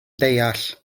deall